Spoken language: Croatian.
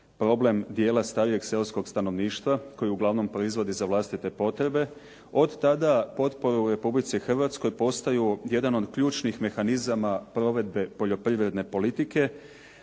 problem dijela starijeg seoskog stanovništva koji uglavnom proizvodi za vlastite potrebe, od tada potporu u Republici Hrvatskoj postaju jedan od ključnih mehanizama provedbe poljoprivredne politike.